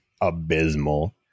abysmal